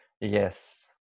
Yes